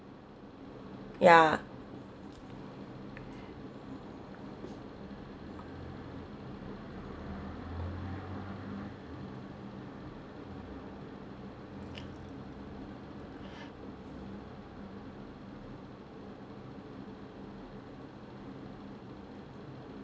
ya